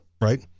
right